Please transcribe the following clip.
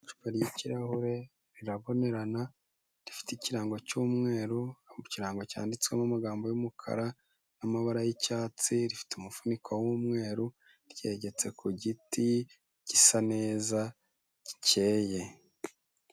Icupa ry'ikirahure, rirabonerana, rifite ikirango cy'umweru mu kirango cyanditswemo amagambo y'umukara n'amabara y'icyatsi, rifite umufuniko w'umweru ryegetse ku giti gisa neza, gikeye.